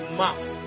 mouth